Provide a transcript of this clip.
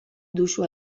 duzu